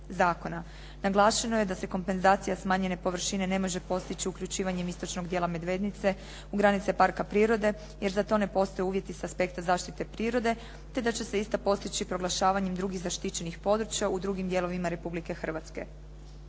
zakona. Naglašeno je da se kompenzacija smanjene površine ne može postići uključivanjem istočnog djela Medvednice u granice parka prirode jer za to ne postoje uvjeti sa aspekta zaštite prirode, te da će se ista postići proglašavanjem drugih zaštićenih područja u drugim dijelovima Republike Hrvatske.